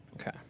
Okay